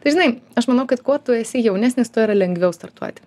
tai žinai aš manau kad kuo tu esi jaunesnis tuo yra lengviau startuoti